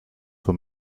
for